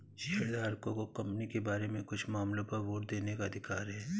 शेयरधारकों को कंपनी के बारे में कुछ मामलों पर वोट देने का अधिकार है